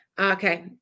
Okay